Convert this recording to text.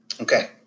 Okay